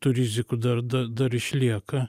tų rizikų dar da dar išlieka